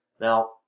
Now